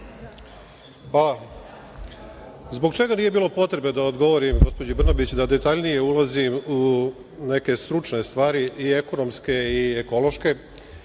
Hvala. Zbog čega nije bilo potrebe da odgovorim gospođi Brnabić, da detaljnije ulazim u neke stručne stvari i ekonomske i ekološke,